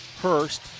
Hurst